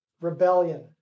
rebellion